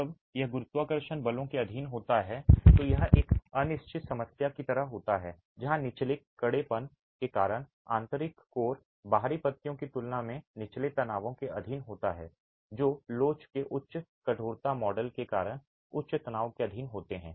जब यह गुरुत्वाकर्षण बलों के अधीन होता है तो यह एक अनिश्चित समस्या की तरह होता है जहां निचले कड़ेपन के कारण आंतरिक कोर बाहरी पत्तियों की तुलना में निचले तनावों के अधीन होता है जो लोच के उच्च कठोरता मॉडल के कारण उच्च तनाव के अधीन होते हैं